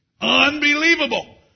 Unbelievable